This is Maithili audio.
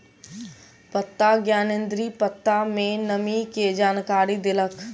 पत्ता ज्ञानेंद्री पत्ता में नमी के जानकारी देलक